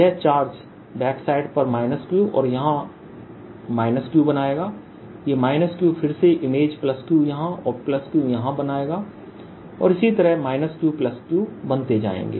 यह charge backside पर Q और यहां Q बनाएगा ये Q फिर से इमेज Q यहां और Q यहां बनाएगा और इसी तरह Q Q बनते जाएंगे